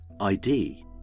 ID